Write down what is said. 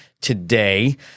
today